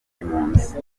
impunzi